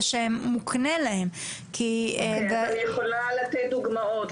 שמוקנה להם -- אני יכולה לתת דוגמאות,